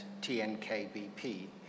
TNKBP